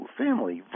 family